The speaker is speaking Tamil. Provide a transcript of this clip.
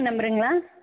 அப்படிங்ளா